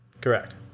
correct